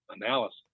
analysis